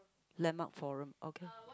landmark forum okay